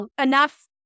enough